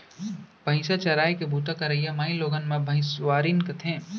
भईंसा चराय के बूता करइया माइलोगन ला भइंसवारिन कथें